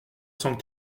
cent